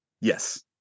Yes